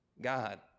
God